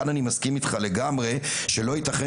אני מסכים איתך לגמרי כאן שלא ייתכן